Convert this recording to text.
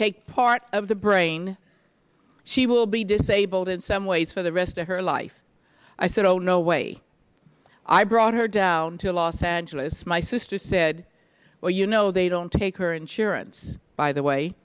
take part of the brain she will be disabled in some ways for the rest of her life i said oh no way i brought her down to los angeles my sister said well you know they don't take her insurance by the way